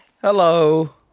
Hello